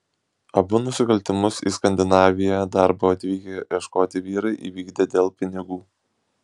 abu nusikaltimus į skandinaviją darbo atvykę ieškoti vyrai įvykdė dėl pinigų